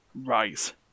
Rise